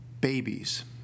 babies